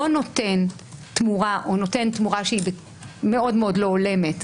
לא נותן תמורה או נותן תמורה שהיא מאוד מאוד לא הולמת,